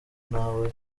nawe